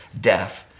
deaf